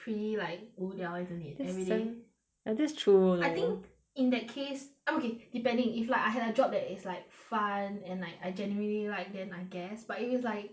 pretty like 无聊 isn't it that's sad everyday and that's true though I think in that case I'm okay depending if like I had a job that is like fun and like I generally like then I guess but if it's like